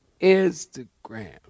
Instagram